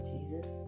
Jesus